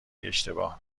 اشتباه